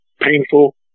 painful